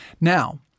Now